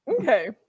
okay